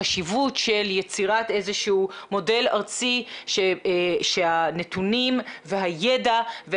החשיבות של יצירת איזשהו מודל ארצי שהנתונים והידע הם